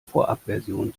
vorabversion